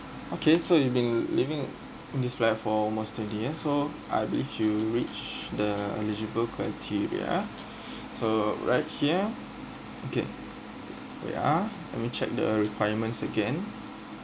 okay so you been living in this flat for almost twenty years so I believe you reach the eligible criteria so right here okay wait ah let me check the requirements again